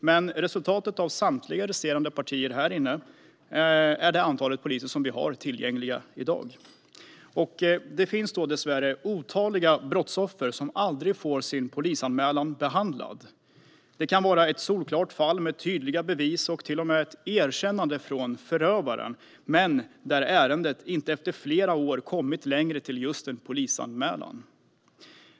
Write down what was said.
Men resultatet av samtliga resterande partier ger det antal poliser som finns tillgängliga i dag. Det finns dessvärre otaliga brottsoffer som aldrig får sin polisanmälan behandlad. Det kan vara ett solklart fall med tydliga bevis och till och med ett erkännande från förövaren, men där ärendet efter flera år inte kommit längre än till just en polisanmälan.